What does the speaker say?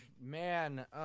man